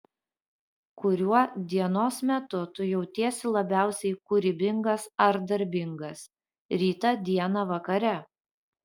kuriuo dienos metu tu jautiesi labiausiai kūrybingas ar darbingas rytą dieną vakare